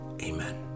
Amen